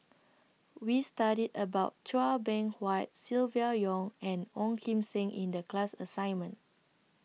We studied about Chua Beng Huat Silvia Yong and Ong Kim Seng in The class assignment